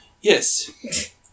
Yes